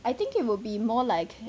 I think it will be more like